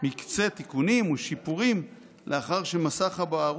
מקצה תיקונים או שיפורים לאחר ש'מסך הבערות'